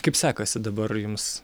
kaip sekasi dabar jums